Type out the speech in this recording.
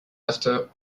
after